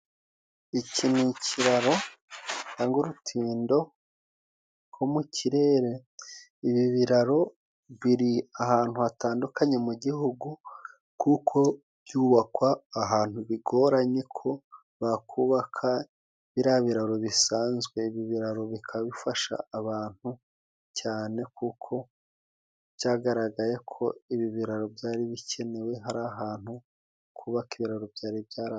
Iki ni ikiraro canga urutindo rwo mu kirere. Ibi biraro biri ahantu hatandukanye mu Gihugu, kuko byubakwa ahantu bigoranye ko bakubaka biriya birararo bisanzwe. Ibi biraro bikaba bifasha abantu cane kuko byagaragaye ko ibi biraro byari bikenewe. Hari ahantu kubaka ibiraro byari byaranze.